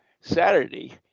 Saturday